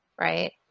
right